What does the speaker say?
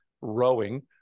rowing